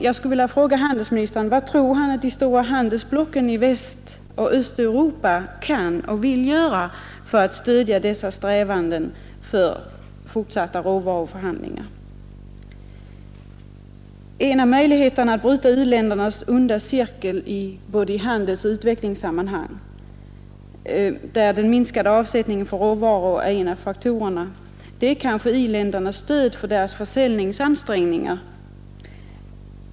Jag skulle vilja fråga handelsministern vad han tror att de stora handelsblocken i Västoch Östeuropa kan och vill göra för att stödja dessa strävanden för fortsatta råvaruförhandlingar. En av möjligheterna att bryta u-ländernas onda cirkel i handelsoch utvecklingssammanhang — den minskade avsättningen för råvaror är en av faktorerna — är i-ländernas stöd för deras försäljningsansträngningar.